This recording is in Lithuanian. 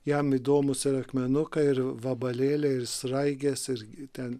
jam įdomūs ir akmenukai ir vabalėliai ir sraigės ir ten